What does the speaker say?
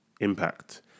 impact